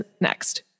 next